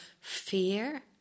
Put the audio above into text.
fear